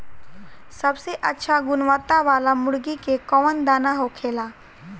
सबसे अच्छा गुणवत्ता वाला मुर्गी के कौन दाना होखेला?